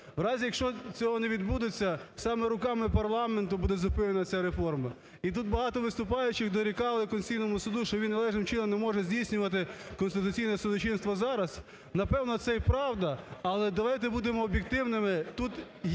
У разі, якщо цього не відбудеться, саме руками парламенту буде зупинена ця реформа. І тут багато виступаючих дорікали Конституційному Суду, що він належним чином не може здійснювати конституційне судочинство зараз. Напевно, це і правда, але давайте будемо об'єктивними: